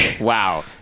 Wow